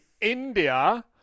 India